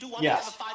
Yes